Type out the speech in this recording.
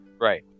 right